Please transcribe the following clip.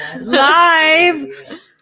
Live